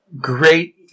great